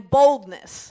boldness